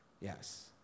Yes